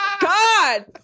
God